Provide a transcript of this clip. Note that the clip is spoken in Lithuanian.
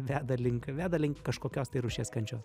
veda link veda link kažkokios tai rūšies kančios